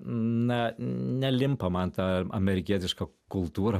na nelimpa man ta amerikietiška kultūra